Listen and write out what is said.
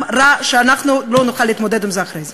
רע שאנחנו לא נוכל להתמודד עם זה אחרי זה.